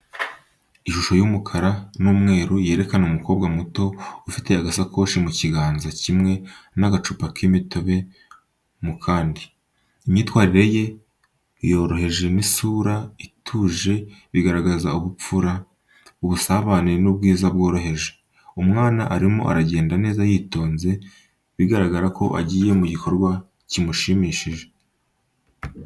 Ishusho y’umukara n’umweru yerekana umukobwa muto ufite agashakoshi mu kiganza kimwe n’agacupa k’imitobe mu kandi. Imyitwarire ye yoroheje n’isura ituje bigaragaza ubupfura, ubusabane n’ubwiza bworoheje. Umwana arimo aragenda neza yitonze, bigaragara ko agiye mu gikorwa kimushimishije.